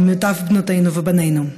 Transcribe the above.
ממיטב בנותינו ובנינו.